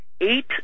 eight